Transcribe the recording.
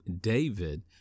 David